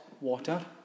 water